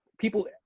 people